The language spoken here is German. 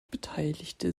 beteiligte